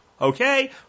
Okay